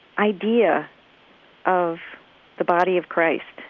idea of the body of christ,